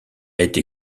été